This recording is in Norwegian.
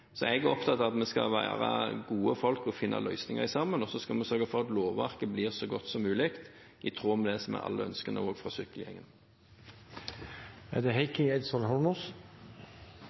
Jeg er opptatt av at vi skal være gode folk og finne løsninger sammen, og så skal vi sørge for at lovverket blir så godt som mulig, i tråd med det som de syklende ønsker. Stortinget kommer i dag til å vedta noen punkter om det